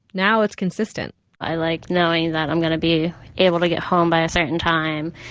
now it's consistent i like knowing that i'm going to be able to get home by a certain time,